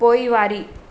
पोइवारी